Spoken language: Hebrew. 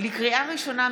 לקריאה ראשונה,